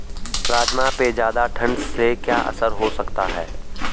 राजमा पे ज़्यादा ठण्ड से क्या असर हो सकता है?